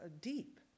deep